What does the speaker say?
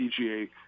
PGA